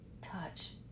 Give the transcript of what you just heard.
touch